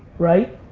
right?